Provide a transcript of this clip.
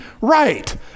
right